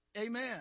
amen